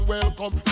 Welcome